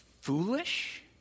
foolish